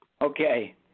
Okay